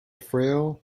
frail